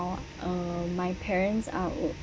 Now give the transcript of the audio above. uh my parents are